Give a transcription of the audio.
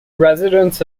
residence